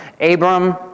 Abram